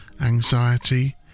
anxiety